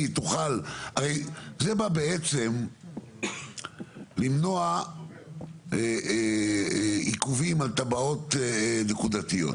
הרי זה בעצם למנוע עיכובים על תב"עות נקודתיות.